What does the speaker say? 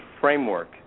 framework